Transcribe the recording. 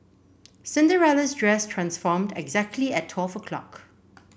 Cinderella's dress transformed exactly at twelve o'clock